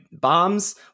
bombs